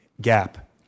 gap